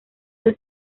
del